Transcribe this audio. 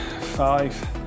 five